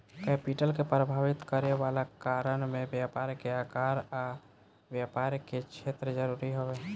capital के प्रभावित करे वाला कारण में व्यापार के आकार आ व्यापार के क्षेत्र जरूरी हवे